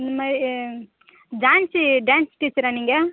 இந்த மாதிரி ஜான்சி டான்ஸ் டீச்சரா நீங்கள்